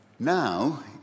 Now